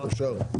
אי אפשר.